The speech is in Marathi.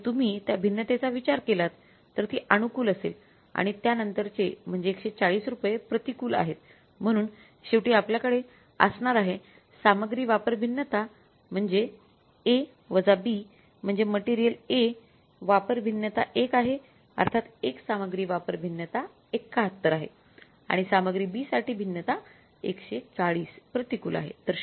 जर तुम्ही त्या भिन्नतेचा विचार केलात तर ती अनुकूल असेल आणि त्यानंतरचे म्हणजे १४० रुपये प्रतिकूल आहेत म्हणून शेवटी आपल्याकडे असणार आहे सामग्री वापर भिन्नता म्हणजे A B म्हणजे मटेरियल A वापर भिन्नता १ आहे अर्थात एक सामग्री वापर भिन्नता ७१ आहे आणि सामग्री B साठी भिन्नता १४० प्रतिकूल आहे